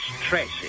Tracy